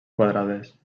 quadrades